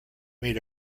made